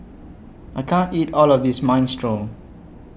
I can't eat All of This Minestrone